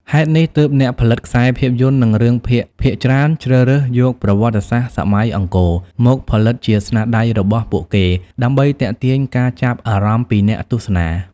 ហេតុនេះ ទើបអ្នកផលិតខ្សែភាពយន្តនិងរឿងភាគភាគច្រើនជ្រើសរើសយកប្រវត្តិសាស្ត្រសម័យអង្គរ មកផលិតជាស្នាដៃរបស់ពួកគេដើម្បីទាក់ទាញការចាប់អារម្មណ៍ពីអ្នកទស្សនា។